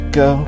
go